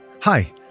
Hi